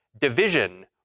division